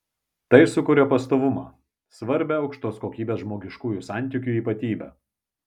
tai sukuria pastovumą svarbią aukštos kokybės žmogiškųjų santykių ypatybę